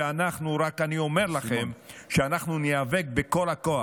אני רק אומר לכם שאנחנו ניאבק בכל הכוח.